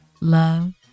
Love